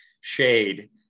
shade